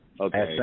Okay